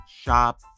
shop